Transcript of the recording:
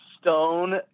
Stone